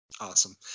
Awesome